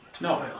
No